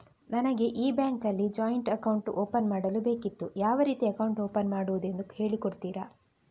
ನನಗೆ ಈ ಬ್ಯಾಂಕ್ ಅಲ್ಲಿ ಜಾಯಿಂಟ್ ಅಕೌಂಟ್ ಓಪನ್ ಮಾಡಲು ಬೇಕಿತ್ತು, ಯಾವ ರೀತಿ ಅಕೌಂಟ್ ಓಪನ್ ಮಾಡುದೆಂದು ಹೇಳಿ ಕೊಡುತ್ತೀರಾ?